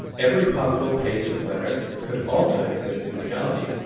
every possible page of letters could also exist in reality,